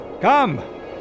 Come